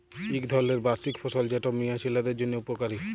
ইক ধরলের বার্ষিক ফসল যেট মিয়া ছিলাদের জ্যনহে উপকারি